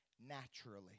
naturally